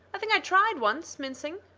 i think i tried once, mincing.